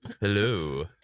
Hello